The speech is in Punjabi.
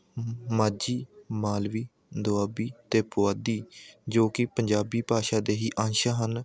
ਮਾਝੀ ਮਲਵਈ ਦੋਆਬੀ ਅਤੇ ਪੁਆਧੀ ਜੋ ਕਿ ਪੰਜਾਬੀ ਭਾਸ਼ਾ ਦੇ ਹੀ ਅੰਸ਼ ਹਨ